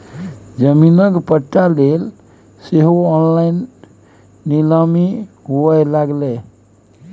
जमीनक पट्टा लेल सेहो ऑनलाइन नीलामी हुअए लागलै